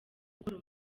gukora